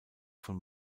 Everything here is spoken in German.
von